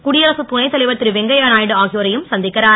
குடியரசுத் துணைத்தலைவர் ருவெங்கைய நாயுடு ஆகியோரையும் சந் க்கிறார்